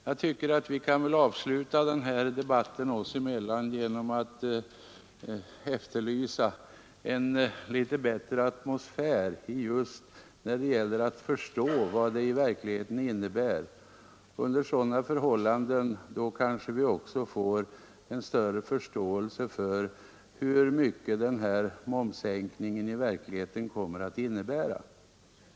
Jag tycker att vi kan avsluta denna debatt oss emellan med att efterlysa en litet bättre förståelse för vad momssänkningen i verkligheten innebär. Under sådana förhållanden kanske man också lättare inser hur mycket momssänkningen i verkligheten kommer att betyda.